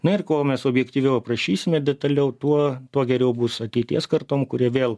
na ir kuo mes objektyviau aprašysime detaliau tuo tuo geriau bus ateities kartom kurie vėl